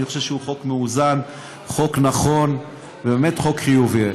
אני חושב שהוא חוק מאוזן, חוק נכון, חוק חיובי.